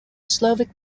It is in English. slovak